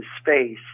space